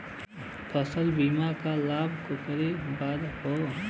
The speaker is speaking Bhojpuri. फसल बीमा क लाभ केकरे बदे ह?